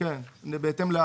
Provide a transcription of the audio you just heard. מה התיקון?